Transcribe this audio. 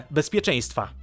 Bezpieczeństwa